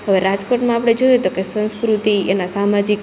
હવે રાજકોટમાં આપડે જોયું તોકે સંસ્કૃતિ એના સામાજિક